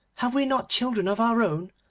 have we not children of our own,